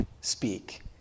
speak